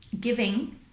giving